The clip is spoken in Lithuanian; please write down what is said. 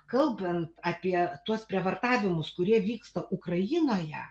kalbant apie tuos prievartavimus kurie vyksta ukrainoje